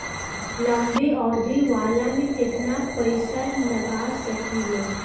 लंबी अवधि वाला में केतना पइसा लगा सकिले?